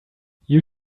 you